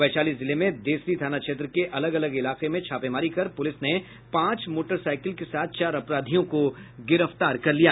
वैशाली जिले में देसरी थाना क्षेत्र के अलग अलग इलाके में छापेमारी कर पुलिस ने पांच मोटरसाईकिलों के साथ चार अपराधियों को गिरफ्तार कर लिया